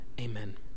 Amen